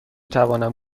توانم